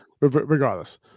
regardless